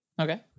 Okay